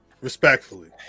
Respectfully